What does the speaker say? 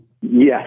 Yes